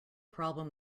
problem